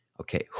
okay